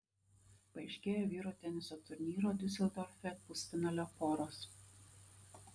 paaiškėjo vyrų teniso turnyro diuseldorfe pusfinalio poros